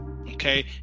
okay